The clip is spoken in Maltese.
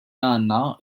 għandna